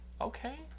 Okay